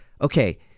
okay